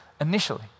initially